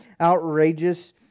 outrageous